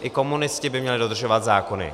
I komunisti by měli dodržovat zákony.